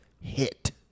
Hit